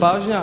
pažnja